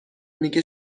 میگه